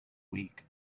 week